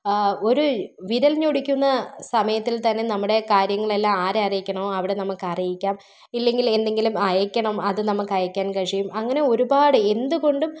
ഒരു വിരൽ ഞൊടിക്കുന്ന സമയത്തിൽ തന്നെ നമ്മുടെ കാര്യങ്ങളെല്ലാം ആരെ അറിയിക്കണമോ അവിടെ നമുക്ക് അറിയിക്കാം ഇല്ലെങ്കിൽ എന്തെങ്കിലും അയയ്ക്കണം അത് നമുക്ക് അയയ്ക്കാൻ കഴിയും അങ്ങനെ ഒരുപാട് എന്തുകൊണ്ടും